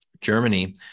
Germany